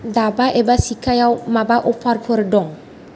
दाबा एबा सिखायाव माबा अफारफोर दं